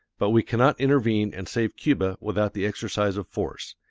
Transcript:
but we cannot intervene and save cuba without the exercise of force,